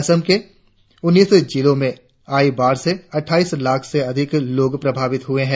असम के उन्नीस जिलों में आई बाढ़ से अटठाईस लाख से अधिक लोग प्रभावित हुए हैं